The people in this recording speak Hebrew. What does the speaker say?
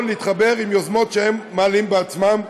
להתחבר עם יוזמות שהם מעלים בעצמם.